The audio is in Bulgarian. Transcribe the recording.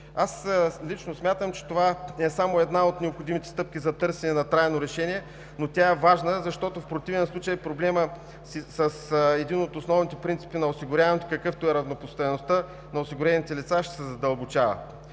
Аз лично смятам, че това е само една от необходимите стъпки за търсене на трайно решение, но тя е важна, защото в противен случай проблемът с един от основните принципи на осигуряването, какъвто е равнопоставеността на осигурените лица, ще се задълбочава.